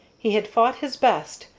he had fought his best,